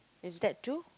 is that two